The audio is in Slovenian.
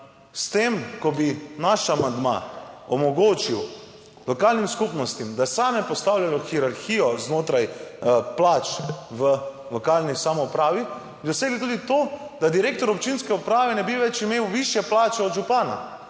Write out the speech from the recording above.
s tem ko bi naš amandma omogočil lokalnim skupnostim, da same postavljajo hierarhijo znotraj plač v lokalni samoupravi, bi dosegli tudi to, da direktor občinske uprave ne bi več imel višje plače od župana,